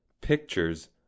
Pictures